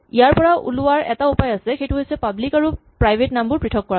ইয়াৰ পৰা ওলোৱাৰ এটাই উপায় আছে সেইটো হৈছে পাব্লিক আৰু প্ৰাইভেট নামবোৰ পৃথক কৰাটো